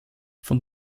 von